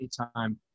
anytime